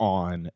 on